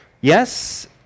Yes